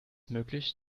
möglich